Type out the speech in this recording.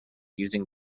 using